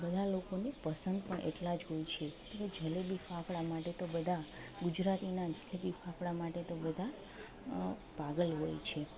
બધા લોકોને પસંદ પણ એટલા જ હોય છે તમે જલેબી ફાફડા માટે તો બધા ગુજરાતના જલેબી ફાફડા માટે તો બધા પાગલ હોય છે